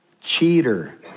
cheater